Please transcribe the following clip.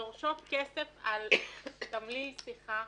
דורשות כסף על תמליל שיחה,